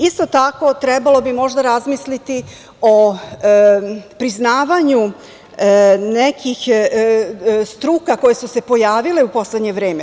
Isto tako, trebalo bi razmisliti o priznavanju nekih struka koje su se pojavile u poslednje vreme.